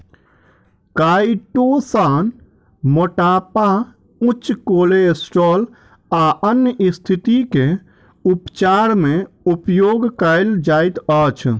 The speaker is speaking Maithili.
काइटोसान मोटापा उच्च केलेस्ट्रॉल आ अन्य स्तिथि के उपचार मे उपयोग कायल जाइत अछि